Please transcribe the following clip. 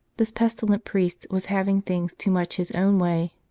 this pestilent priest was having things too much his own way